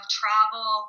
travel